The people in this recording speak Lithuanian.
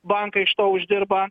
bankai iš to uždirba